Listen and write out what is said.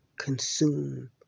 consume